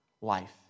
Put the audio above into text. life